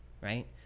right